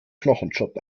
knochenjob